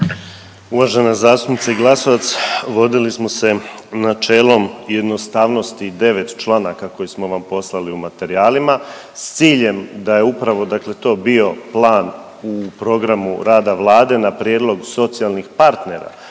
Uvažena zastupnice Glasovac, vodili smo se načelom jednostavnosti 9 članaka koje smo vam poslali u materijalima s ciljem da je upravo, dakle to bio plan u programu rada Vlade na prijedlog socijalnih partnera,